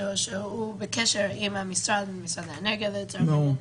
שהוא בקשר עם המשרד האנרגיה לצורך העניין,